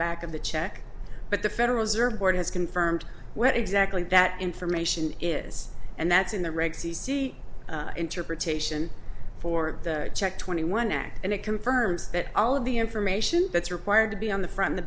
back of the check but the federal reserve board has confirmed what exactly that information is and that's in the reg c c interpretation for the check twenty one act and it confirms that all of the information that's required to be on the fro